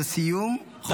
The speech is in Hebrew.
נא להתכנס לסיום, תם הזמן.